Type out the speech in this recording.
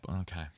Okay